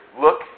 Look